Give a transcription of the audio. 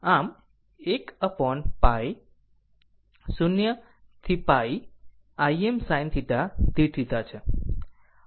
આમ 1 upon π 0 to π Im sinθdθ છે